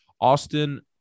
Austin